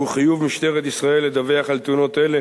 חיוב משטרת ישראל לדווח על תאונות אלה